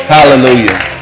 Hallelujah